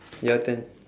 your turn